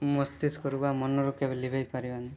ମସ୍ତିଷ୍କରୁ ବା ମନରୁ କେବେ ଲିଭେଇ ପାରିବାନି